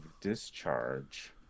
discharge